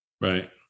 Right